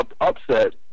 upset